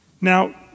Now